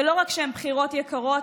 ולא רק שהן בחירות יקרות,